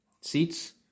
seats